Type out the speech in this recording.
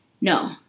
No